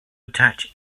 attach